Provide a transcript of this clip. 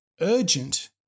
urgent